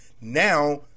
Now